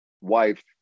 wife